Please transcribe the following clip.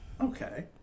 okay